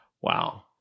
Wow